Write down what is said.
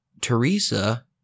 Teresa